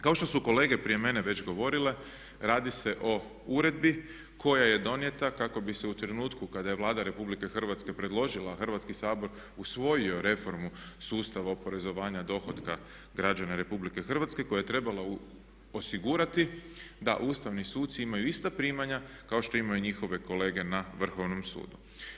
Kao što su kolege prije mene već govorile, radi se o uredbi koja je donijeta kako bi se u trenutku kada je Vlada RH predložila, Hrvatski sabor usvojio reformu sustava oporezovanja dohotka građana RH koje je trebala osigurati da Ustavni suci imaju ista primanja kao što imaju njihove kolege na Vrhovnom sudu.